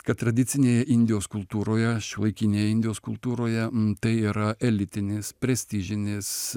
kad tradicinėje indijos kultūroje šiuolaikinėje indijos kultūroje tai yra elitinis prestižinis